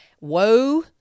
Woe